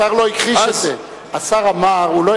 השר לא הכחיש את זה.